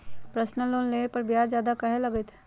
Personal loan लेबे पर ब्याज ज्यादा काहे लागईत है?